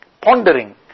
pondering